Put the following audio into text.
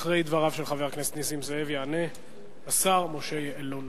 אחרי דבריו של חבר הכנסת נסים זאב יענה השר משה יעלון.